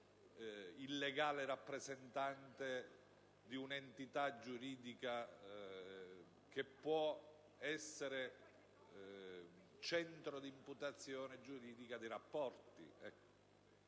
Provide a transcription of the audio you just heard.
il legale rappresentante di un'entità giuridica che può essere centro di imputazione giuridica di rapporti: